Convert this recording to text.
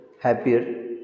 happier